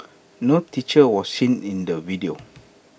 no teacher was seen in the video